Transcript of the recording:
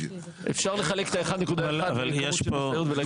אפשר לחלק את ה-1.1 בכמות של משאיות ולהגיד